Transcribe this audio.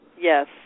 Yes